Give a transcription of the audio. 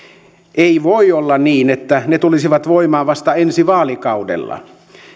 ei voi olla niin että ne tulisivat voimaan vasta ensi vaalikaudella